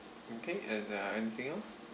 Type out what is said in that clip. okay and uh anything else